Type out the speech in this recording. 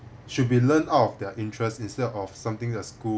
should be learnt out of their interests instead of something that school